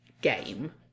game